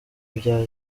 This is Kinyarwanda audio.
bya